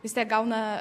vis tiek gauna